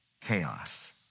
chaos